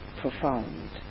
profound